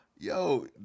Yo